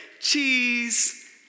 cheese